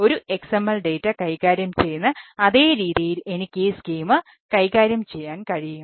ഒരു XML data കൈകാര്യം ചെയ്യാൻ കഴിയും